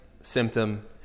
symptom